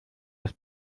das